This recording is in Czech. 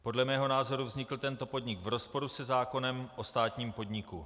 Podle mého názoru vznikl tento podnik v rozporu se zákonem o státním podniku.